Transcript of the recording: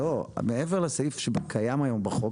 מעבר לסעיף שקיים היום בחוק,